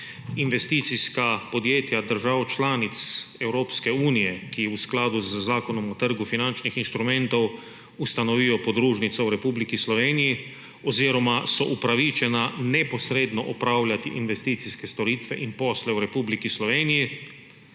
investicijska podjetja držav članic Evropske unije, ki v skladu z Zakonom o trgu finančnih instrumentov ustanovijo podružnico v Republiki Sloveniji oziroma so upravičena neposredno opravljati investicijske storitve in posle v Republiki Sloveniji